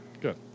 Good